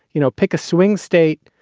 you know, pick a swing state,